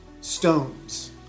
stones